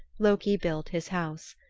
loki built his house.